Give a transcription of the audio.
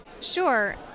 Sure